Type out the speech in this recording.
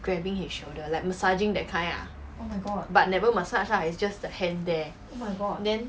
grabbing his shoulder like massaging that kind ah oh my god but never massage lah it's just a hand there then